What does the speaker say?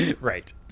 Right